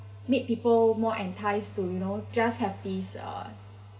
make people more enticed to you know just have these uh